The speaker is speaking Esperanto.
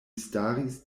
staris